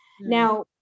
now